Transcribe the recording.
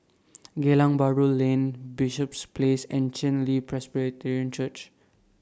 Geylang Bahru Lane Bishops Place and Chen Li Presbyterian Church